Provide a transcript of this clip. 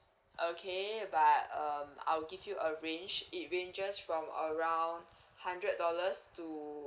okay but um I'll give you a range it ranges from around hundred dollars to